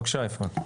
בבקשה אפרת.